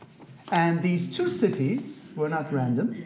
and these two cities were not random.